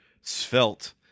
svelte